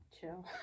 Chill